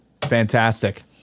Fantastic